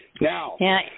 Now –